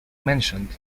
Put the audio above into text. mentioned